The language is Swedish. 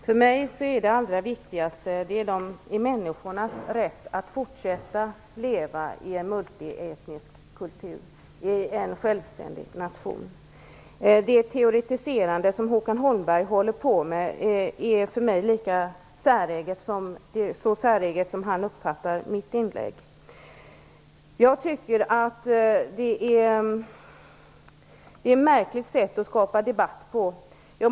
Herr talman! För mig är det allra viktigaste människornas rätt att fortsätta leva i en multietnisk kultur i en självständig nation. Det teoretiserande som Håkan Holmberg håller på med är för mig lika säreget som mitt inlägg var för honom. Det är ett märkligt sätt att skapa debatt.